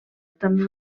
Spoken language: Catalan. també